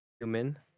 human